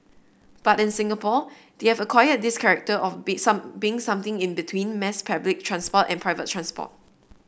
but in Singapore they've acquired this character of be some being something in between mass public transport and private transport